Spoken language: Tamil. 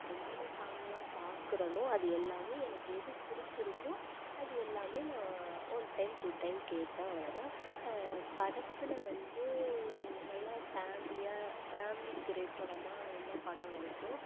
என்னென்ன சாங்கெலாம் பாக்குறேனோ அது எல்லாமே எனக்கு எது பிடிச்சிருக்கோ அது எல்லாமே நான் ஒன் டைம் டூ டைம் கேட்பேன் அவ்வளோதான் படத்தில் வந்து நல்லா ஃபேமிலியாக ஃபேமிலி திரைப்படமாக என்ன படம் இருக்கோ